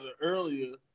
earlier